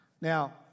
Now